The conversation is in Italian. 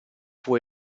può